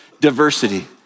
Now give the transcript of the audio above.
diversity